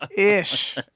ish.